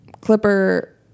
Clipper